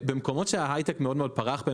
שבמקומות שההייטק מאוד פרח בהם,